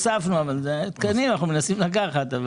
הוספנו כסף, ותקנים אנחנו מנסים לקחת.